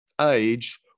age